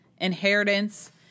inheritance